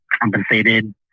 compensated